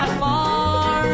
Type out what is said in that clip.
far